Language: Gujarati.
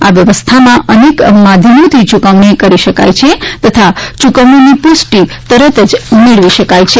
આ વ્યવસ્થામાં અનેક માધ્યમોથી ચુકવણી કરી શકાય છે તથા ચુકવણીની પ્રષ્ટિ તરત જ મેળવી શકાય છે